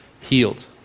healed